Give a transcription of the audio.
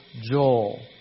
Joel